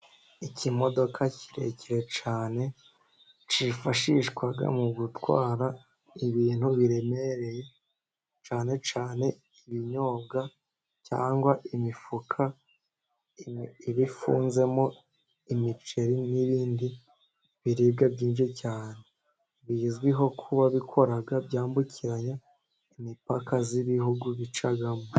Ikimodoka kirekire cyane cyifashishwa mu gutwara ibintu biremereye, cyane cyane ibinyobwa cyangwa imifuka iba ifunzemo imiceri n'ibindi biribwa byinshi cyane, bizwiho kuba bikora byambukiranya imipaka y'ibihugu bicamo.